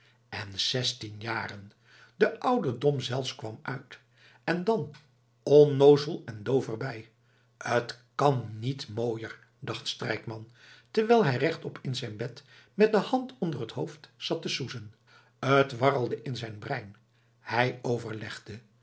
en zestien jaren de ouderdom zelfs kwam uit en dan onnoozel en doof er bij t kan niet mooier dacht strijkman terwijl hij rechtop in zijn bed met de hand onder het hoofd zat te soezen t warrelde in zijn brein hij overlegde